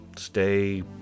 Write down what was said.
Stay